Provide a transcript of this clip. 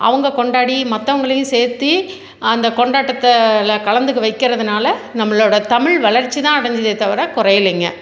அவங்க கொண்டாடி மற்றவங்களையும் சேர்த்தி அந்த கொண்டாட்டத்தில் கலந்துக்க வைக்கிறதுனால நம்பளோட தமிழ் வளர்ச்சி தான் அடைஞ்சிதே தவிர குறையிலேங்க